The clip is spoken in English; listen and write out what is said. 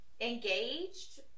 Engaged